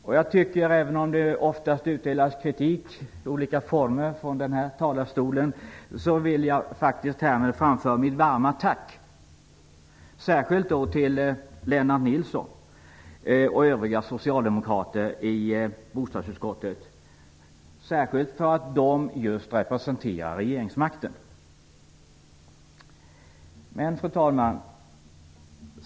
Även om det från denna talarstol oftast utdelas kritik i olika former vill jag faktiskt härmed framföra mitt varma tack särskilt till Lennart Nilsson och övriga socialdemokrater i bostadsutskottet, framför allt därför att de representerar regeringsmakten. Fru talman!